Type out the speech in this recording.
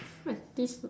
look at this